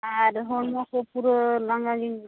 ᱟᱨ ᱦᱚᱲᱢᱚ ᱠᱚ ᱯᱩᱨᱟᱹ ᱞᱟᱜᱟᱜᱮᱧ ᱵᱩᱡᱷᱟᱹᱣᱟ